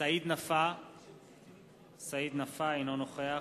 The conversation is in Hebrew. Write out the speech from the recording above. סעיד נפאע, אינו נוכח